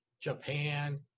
Japan